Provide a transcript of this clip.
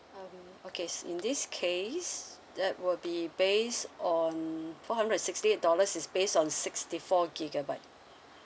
um okay so in this case that will be based on four hundred and sixty eight dollars is based on sixty four gigabyte